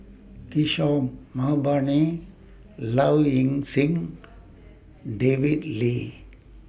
Kishore Mahbubani Low Ing Sing David Lee